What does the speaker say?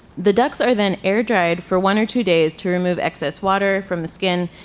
the ducks are then air dried for one or two days to remove excess water from the skin,